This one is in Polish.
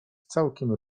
całkiem